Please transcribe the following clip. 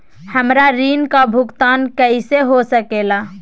हमरा ऋण का भुगतान कैसे हो सके ला?